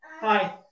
Hi